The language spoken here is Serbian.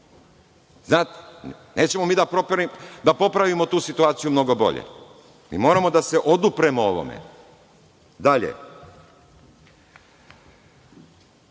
dobili. Nećemo mi da popravimo tu situaciju mnogo bolje. Mi moramo da se odupremo ovome. Dalje,